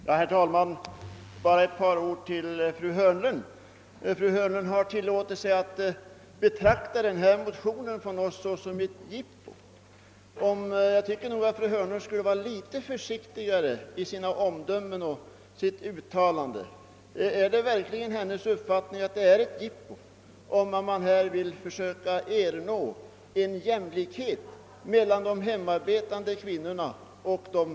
Herr talman! Bara några ord till fru Hörnlund. Hon har tillåtit sig att betrakta vår motion om hemmakvinnornas situation som ett jippo. Jag tycker nog att fru Hörnlund skulle vara litet försiktig i sina omdömen och uttalanden. Är det verkligen fru Hörnlunds uppfattning att det är ett jippo att försöka ernå social jämlikhet för de tusentals hemarbetande kvinnorna i vårt land?